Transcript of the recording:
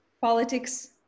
politics